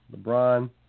LeBron